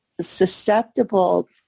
susceptible